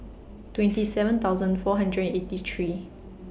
twenty seven thousand four hundred and eighty three